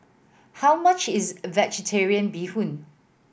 how much is Vegetarian Bee Hoon